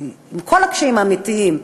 עם כל הקשיים האמיתיים,